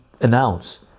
announce